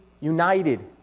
united